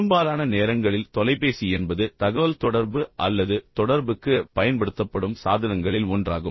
பெரும்பாலான நேரங்களில் தொலைபேசி என்பது தகவல்தொடர்பு அல்லது தொடர்புக்கு பயன்படுத்தப்படும் சாதனங்களில் ஒன்றாகும்